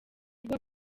kigo